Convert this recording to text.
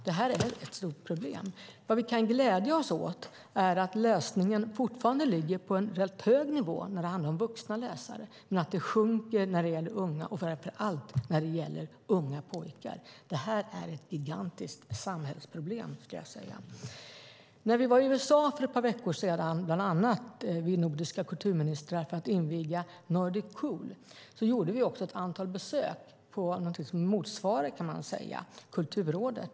Det är ett stort problem. Vi kan glädja oss åt att läsningen fortfarande ligger på en rätt hög nivå bland vuxna läsare. Det sjunker dock bland unga och framför allt bland unga pojkar. Det är ett gigantiskt samhällsproblem. När vi nordiska kulturministrar var i USA för ett par veckor sedan för att inviga Nordic Cool gjorde vi ett besök på det som motsvarar Kulturrådet.